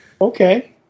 Okay